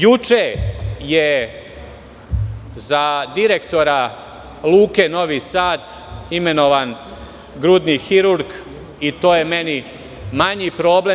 Juče je za direktora Luke Novi Sad imenovan grudni hirurg i to je meni manji problem.